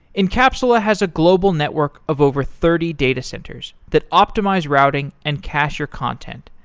encapsula has a global network of over thirty data centers that optimize routing and cacher content.